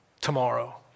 tomorrow